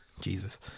Jesus